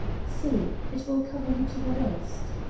see. it will cover you to the waist.